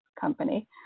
company